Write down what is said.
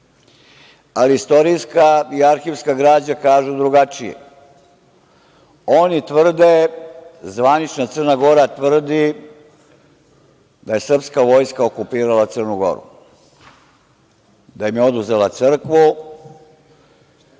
ali istorijska i arhivska građa kažu drugačije. Zvanična Crna Gora tvrdi da je srpska vojska okupirala Crnu Goru, da im je oduzela crkvu